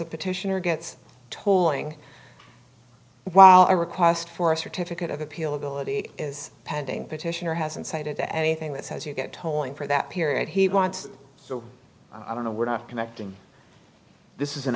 a petitioner gets tolling while a request for a certificate of appeal ability is pending petitioner hasn't cited to anything that says you get tolling for that period he wants so i don't know we're not connecting this is an